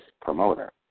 promoter